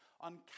on